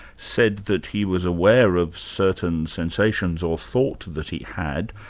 said that he was aware of certain sensations or thought that he had,